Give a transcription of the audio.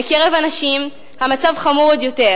בקרב הנשים המצב חמור עוד יותר,